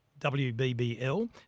WBBL